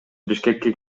бишкекке